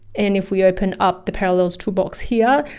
and if we open up the parallels toolbox here,